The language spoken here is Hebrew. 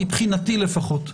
מבחינתי לפחות.